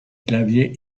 clavier